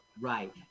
Right